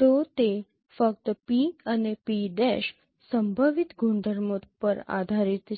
તો તે ફક્ત P અને P' સંભવિત ગુણધર્મો પર આધારિત છે